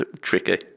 tricky